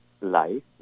life